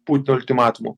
putino ultimatumu